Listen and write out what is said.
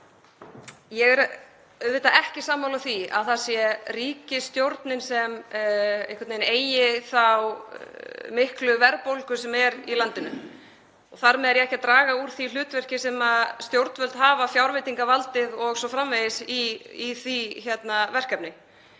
Ég er auðvitað ekki sammála því að það sé ríkisstjórnin sem einhvern veginn eigi þá miklu verðbólgu sem er í landinu og þar með er ég ekki að draga úr því hlutverki sem stjórnvöld hafa, fjárveitingavaldið o.s.frv. í því verkefni.